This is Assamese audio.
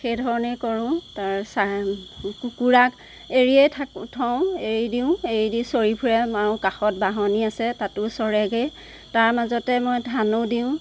সেই ধৰণেই কৰো তাৰ ছাই কুকুৰাক এৰিয়েই থা থওঁ এৰি দিওঁ এৰি দি চৰি ফুৰে আৰু কাষত বাহনি আছে তাতো চৰেগৈ তাৰ মাজতে মই ধানো দিওঁ